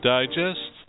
Digest